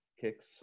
kicks